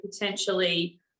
potentially